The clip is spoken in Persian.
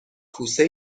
کوسه